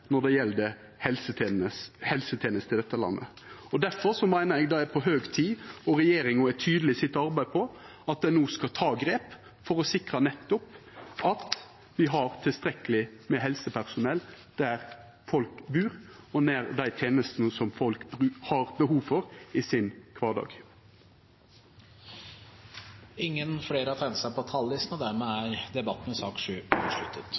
når det gjeld helsetenestene i dette landet. Difor meiner eg det er på høg tid – og regjeringa er tydeleg på det i sitt arbeid – at ein no skal ta grep for nettopp å sikra at me har tilstrekkeleg med helsepersonell der folk bur, og nær dei tenestene som folk har behov for i sin kvardag. Flere har ikke bedt om ordet til sak nr. 7. Vi har